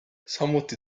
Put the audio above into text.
samuti